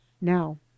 Now